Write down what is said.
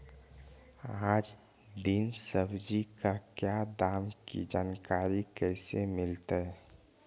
आज दीन सब्जी का क्या दाम की जानकारी कैसे मीलतय?